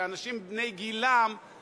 לאנשים בני גילם,